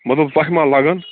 مطلب تۄہہِ ما لَگَن